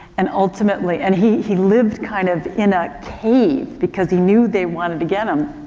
and ultimately, and he, he lived kind of in a cave because he knew they wanted to get him.